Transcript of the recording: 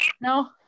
No